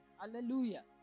Hallelujah